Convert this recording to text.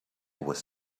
was